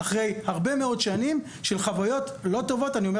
אחרי הרבה מאוד שנים של חוויות לא טובות אני אומר